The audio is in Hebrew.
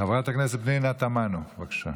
חברת הכנסת פנינה תמנו, בבקשה.